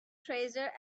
treasure